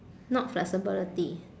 not flexibility